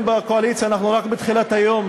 בקואליציה, אנחנו רק בתחילת היום,